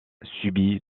subi